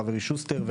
חברי שוסטר,